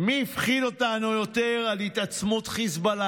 מי הפחיד אותנו יותר על התעצמות חיזבאללה,